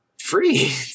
free